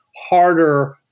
harder